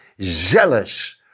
zealous